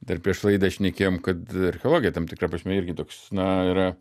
dar prieš laidą šnekėjom kad archeologija tam tikra prasme irgi toks na yra